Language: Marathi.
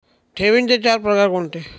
ठेवींचे चार प्रकार कोणते?